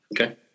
Okay